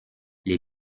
les